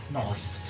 Nice